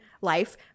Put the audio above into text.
life